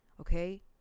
Okay